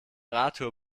radtour